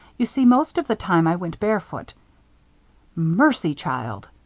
you see, most of the time i went barefoot mercy, child!